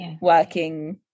working